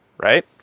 Right